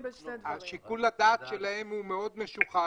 שיקול הדעת שלהם הוא מאוד משוחד.